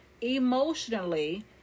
emotionally